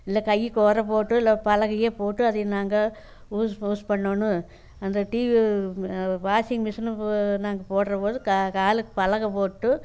இல்லை கையிக்கு உரை போட்டு இல்லை பலகையே போட்டு அதை நாங்கள் யூஸ் யூஸ் பண்ணனும் அந்த டிவி வாஷிங் மிஷினு ஓ நாங்கள் போடுகிறபோது கா காலுக்கு பலகை போட்டு